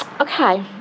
Okay